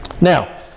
Now